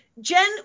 Jen